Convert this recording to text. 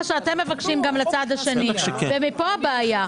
שאתם מבקשים גם לצד השני ומפה הבעיה.